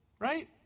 right